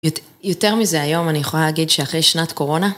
יותר מזה היום, אני יכולה להגיד שאחרי שנת קורונה.